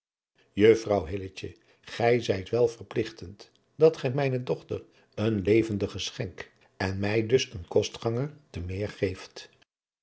gij zijt wel verpligtend dat gij mijne dochter een levendig geschenk en mij dus een kostganger te meer geeft